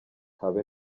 habe